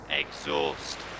exhaust